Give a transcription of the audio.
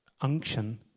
unction